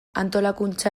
antolakuntza